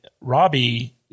Robbie